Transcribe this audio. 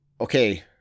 okay